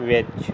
ਵਿੱਚ